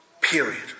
Period